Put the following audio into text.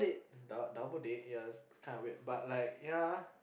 dou~ double date ya it's kinda weird but like ya